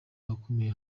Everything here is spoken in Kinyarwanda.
bakomeye